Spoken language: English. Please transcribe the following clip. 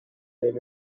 been